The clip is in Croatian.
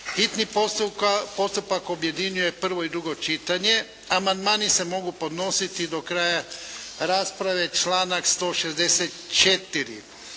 hitni postupak objedinjuje prvo i drugo čitanje. Amandmani se mogu podnositi do kraja rasprave, članak 164.